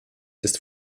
ist